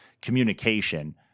communication